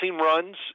runs